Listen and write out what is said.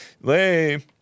Lame